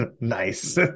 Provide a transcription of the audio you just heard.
Nice